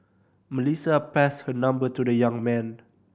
Melissa passed her number to the young man